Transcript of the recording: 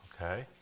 okay